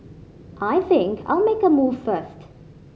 I think I'll make a move first